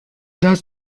thus